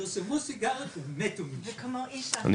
הם